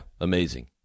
amazing